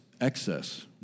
excess